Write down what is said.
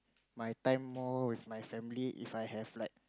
my time more with my family If I have like